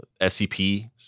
SCP